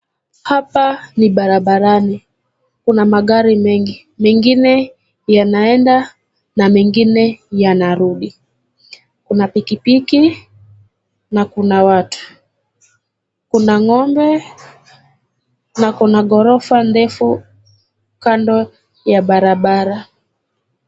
Hapa ni barabarani kuna magari mengi, mengine yanaenda na mengine yanarudi kuna pikipiki na kuna watu, kuna ngombe na kuna ghorofa ndefu kando ya barabara.